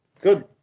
Good